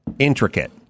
intricate